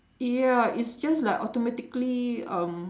yeah it's just like automatically um